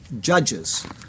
judges